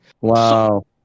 Wow